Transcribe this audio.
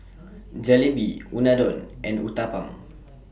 Jalebi Unadon and Uthapam